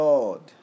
Lord